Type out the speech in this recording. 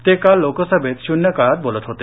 ते काल लोकसभेत शून्यकाळात बोलत होते